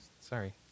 Sorry